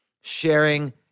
sharing